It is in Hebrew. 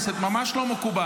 חברת הכנסת, ממש לא מקובל.